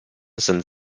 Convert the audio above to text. sind